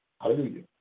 hallelujah